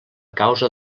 causa